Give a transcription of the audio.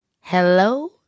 hello